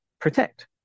protect